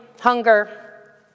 hunger